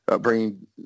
bringing